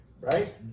Right